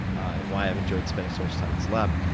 and why i've enjoyed spending so much time in this lab,